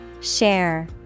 Share